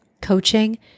coaching